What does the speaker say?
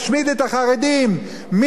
מי אשם בטוקבקים האלה?